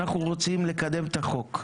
אנחנו רוצים לקדם את החוק.